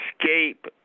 escape